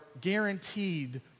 guaranteed